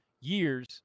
years